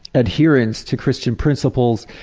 adherence to christian principles.